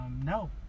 No